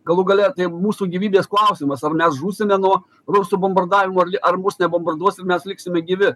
galų gale tai mūsų gyvybės klausimas ar mes žūsime nuo rusų bombardavimo ar mūs nebombarduos ir mes liksime gyvi